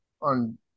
on